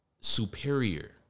superior